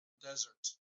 desert